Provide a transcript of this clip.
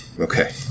Okay